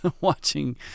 watching